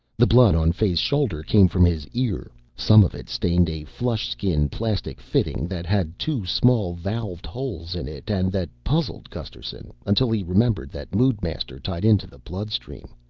the blood on fay's shoulder came from his ear. some of it stained a flush-skin plastic fitting that had two small valved holes in it and that puzzled gusterson until he remembered that moodmaster tied into the bloodstream.